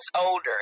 older